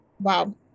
Wow